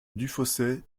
dufausset